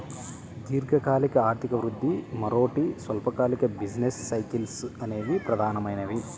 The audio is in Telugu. దీర్ఘకాలిక ఆర్థిక వృద్ధి, మరోటి స్వల్పకాలిక బిజినెస్ సైకిల్స్ అనేవి ప్రధానమైనవి